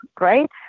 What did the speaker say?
right